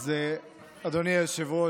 אדוני היושב-ראש,